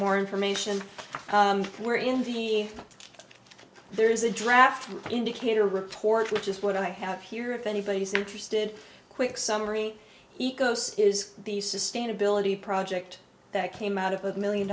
more information on where in the there is a draft indicator report which is what i have here if anybody is interested quick summary eco's is the sustainability project that came out of a million